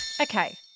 Okay